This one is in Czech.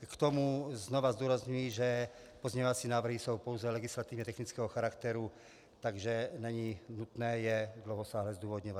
K tomu znovu zdůrazňuji, že pozměňovací návrhy jsou pouze legislativně technického charakteru, takže není nutné je rozsáhle zdůvodňovat.